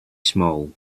small